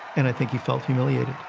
and i think he felt humiliated.